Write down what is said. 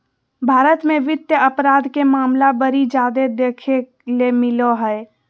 भारत मे वित्त अपराध के मामला बड़ी जादे देखे ले मिलो हय